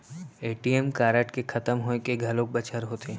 ATM card के खतम होए के घलोक बछर होथे